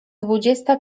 dwudziesta